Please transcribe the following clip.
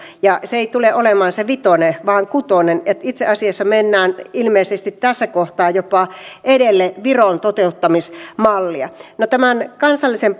ja se ei tule olemaan se vitonen vaan kutonen niin että itse asiassa mennään ilmeisesti tässä kohtaa jopa edelle viron toteuttamismallia no tämän kansallisen